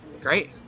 great